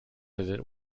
candidate